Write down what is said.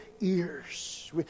ears